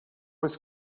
was